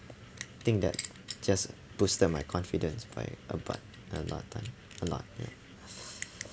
I think that just boosted my confidence by uh but a lot of time a lot